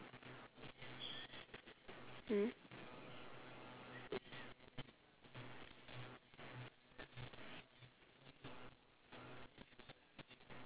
mm